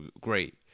great